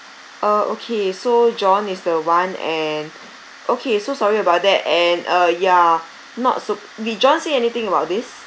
uh okay so john is the one and okay so sorry about that and uh ya not so did john say anything about this